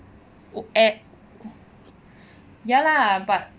ya lah but